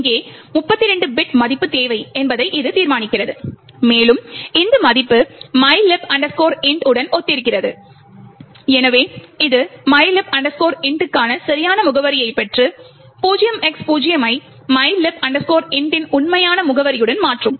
இங்கே 32 பிட் மதிப்பு தேவை என்பதை இது தீர்மானிக்கும் மேலும் இந்த மதிப்பு mylib int உடன் ஒத்திருக்கிறது எனவே இது mylib int க்கான சரியான முகவரியைப் பெற்று 0X0 ஐ mylib int இன் உண்மையான முகவரியுடன் மாற்றும்